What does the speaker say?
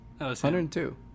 102